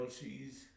cheese